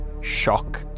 shock